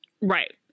right